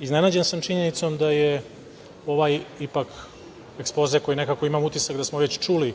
iznenađen sam činjenicom da je ovaj ekspoze, koji nekako imam utisak da smo već čuli